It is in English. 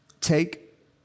Take